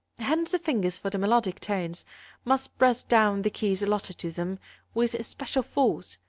hence the fingers for the melodic tones must press down the keys allotted to them with special force,